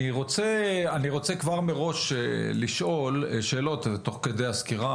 אני רוצה לשאול שאלות תוך כדי הסקירה,